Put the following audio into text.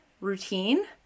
routine